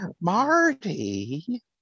Marty